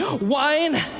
wine